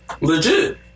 Legit